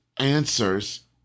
answers